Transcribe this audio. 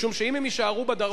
משום שאם הם יישארו בדרום,